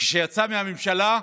וכשיצא מהממשלה,